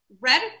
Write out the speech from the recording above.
Red